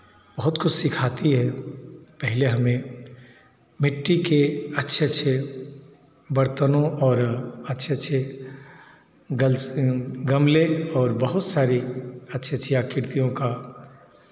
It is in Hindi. खुद को सिखाती है पहले हमें मिट्टी के अच्छे अच्छे बर्तनों और अच्छे अच्छे गल्स गमले और बहुत सारी अच्छी अच्छी आकृतियों का